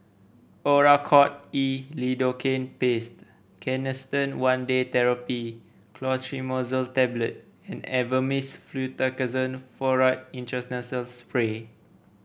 Oracort E Lidocaine Paste Canesten One Day Therapy Clotrimazole Tablet and Avamys Fluticasone Furoate Intranasal Spray